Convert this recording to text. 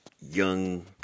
young